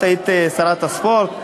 את היית שרת הספורט.